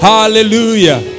Hallelujah